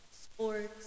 sports